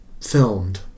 filmed